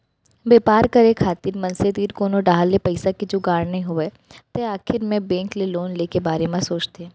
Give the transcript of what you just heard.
बेपार करे खातिर मनसे तीर कोनो डाहर ले पइसा के जुगाड़ नइ होय तै आखिर मे बेंक ले लोन ले के बारे म सोचथें